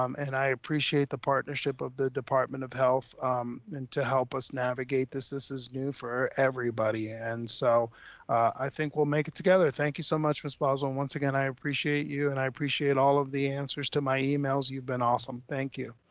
um and i appreciate the partnership of the department of health and to help us navigate this, this is new for everybody. and so i think we'll make it together. thank you so much ms. boswell, once again, i appreciate you and i appreciate all of the answers to my emails, you've been awesome, thank you.